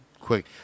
quick